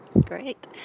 Great